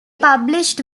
published